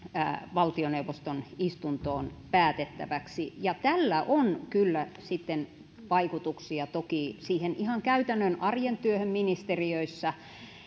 valtioneuvoston istuntoon päätettäväksi ja tällä on kyllä vaikutuksia toki ihan käytännön arjen työhön ministeriöissä